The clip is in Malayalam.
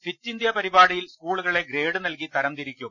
ഫിറ്റ് ഇന്ത്യ പരിപാടിയിൽ സ്കൂളുകളെ ഗ്രേഡ് നൽകി തരംതിരി ക്കും